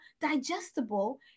digestible